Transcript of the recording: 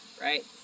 right